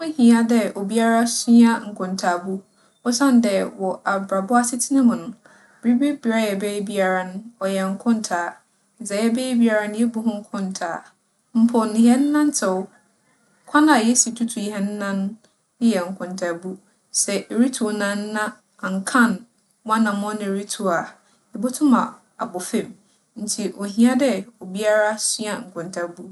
Ho hia dɛ obiara sua nkontaabu osiandɛ wͻ abrabͻ asetsena mu no, biribi biara a yɛbɛyɛ biara no, ͻyɛ nkontaa. Dza yɛbɛyɛ biara no, yebu ho nkontaa. Mpo no hɛn nantsew, kwan a yesi tutu hɛn nan eyɛ nkontaabu. Sɛ irutu wo nan na annkan w'ananͻm a irutu a, ibotum a - abͻ famu. Ntsi ohia dɛ obiara sua nkontaabu.